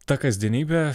ta kasdienybė